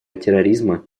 терроризма